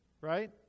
Right